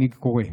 אני קורא: